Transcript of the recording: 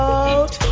out